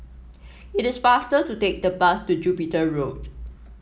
it is faster to take the bus to Jupiter Road